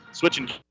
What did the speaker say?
Switching